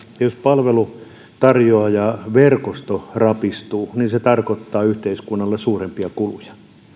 jos palveluntarjoajaverkosto rapistuu niin se tarkoittaa yhteiskunnalle suurempia kuluja